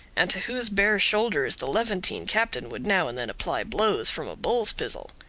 and to whose bare shoulders the levantine captain would now and then apply blows from a bull's pizzle.